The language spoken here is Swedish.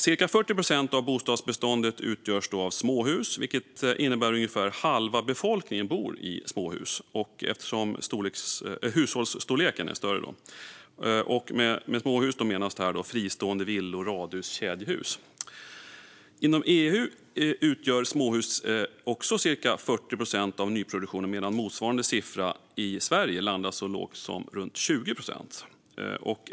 Cirka 40 procent av bostadsbeståndet utgörs av småhus, vilket innebär att ungefär halva befolkningen bor i småhus eftersom hushållsstorleken är större. Med småhus menas fristående villor, radhus och kedjehus. Inom EU utgör småhus cirka 40 procent av nyproduktionen medan motsvarande siffra i Sverige landar så lågt som runt 20 procent.